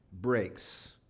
breaks